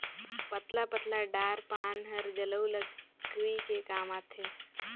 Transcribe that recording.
पतला पतला डार पान हर जलऊ लकरी के काम आथे